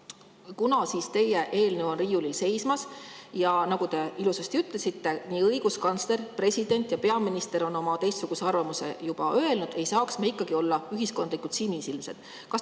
Kuna teie eelnõu on riiulil seismas ja nagu te ilusasti ütlesite, nii õiguskantsler, president kui ka peaminister on oma teistsuguse arvamuse juba öelnud, ei saa me ikkagi olla ühiskondlikult sinisilmsed.